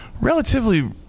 relatively